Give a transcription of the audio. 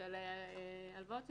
של הלוואות שניתנות,